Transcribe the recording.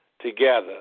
together